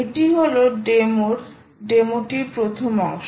এটি হলো ডেমো টির প্রথম অংশ